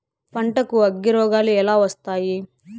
పంటకు అగ్గిరోగాలు ఎలా వస్తాయి?